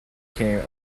became